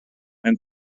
mewn